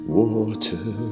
water